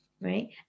right